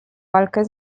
walkę